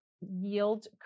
yield